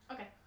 Okay